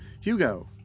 Hugo